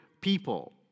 people